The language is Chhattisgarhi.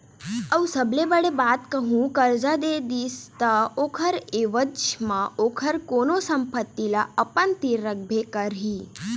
अऊ सबले बड़े बात कहूँ करजा दे दिस ता ओखर ऐवज म ओखर कोनो संपत्ति ल अपन तीर रखबे करही